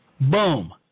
Boom